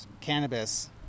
cannabis